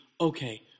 okay